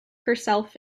herself